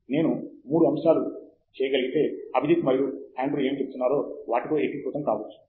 తంగిరాల నేను మూడు అంశాలు చేయగలిగితే అభిజిత్ మరియు ఆండ్రూ ఏమి చెబుతున్నారో వాటితో ఏకీకృతం కావచ్చు